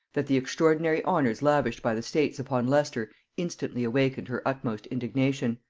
that the extraordinary honors lavished by the states upon leicester instantly awakened her utmost indignation.